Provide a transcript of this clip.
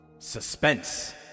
Suspense